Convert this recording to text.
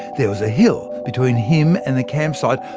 there was a hill between him and the campsite,